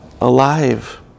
alive